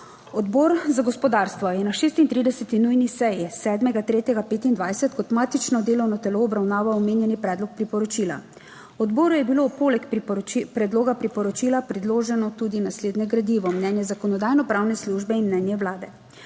Odbor za gospodarstvo je na 36. nujni seji, 7. 3. 2025 kot matično delovno telo obravnaval omenjeni predlog priporočila. Odboru je bilo poleg predloga priporočila predloženo tudi naslednje gradivo: mnenje Zakonodajno-pravne službe in mnenje Vlade.